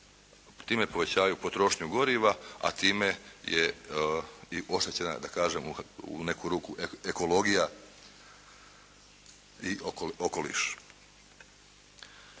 Time povećavaju potrošnju goriva, a time je i oštećena da kažem u neku ruku ekologija i okoliš.